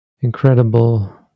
incredible